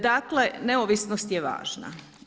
Dakle, neovisnost je važna.